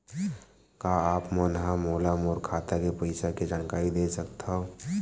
का आप मन ह मोला मोर खाता के पईसा के जानकारी दे सकथव?